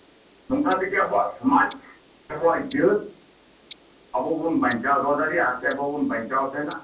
ᱱᱚᱝᱠᱟ ᱛᱮᱜᱮ ᱟᱵᱚᱣᱟᱜ ᱥᱚᱢᱟᱡ ᱟᱵᱚᱣᱟᱜ ᱡᱟᱹᱛ ᱟᱵᱚ ᱵᱚᱱ ᱵᱟᱧᱪᱟᱣ ᱫᱚᱦᱚ ᱫᱟᱲᱮᱭᱟᱜᱼᱟ ᱥᱮ ᱟᱵᱚ ᱵᱚᱱ ᱵᱟᱧᱪᱟᱣ ᱛᱟᱸᱦᱮᱱᱟ